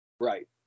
Right